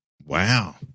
Wow